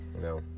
No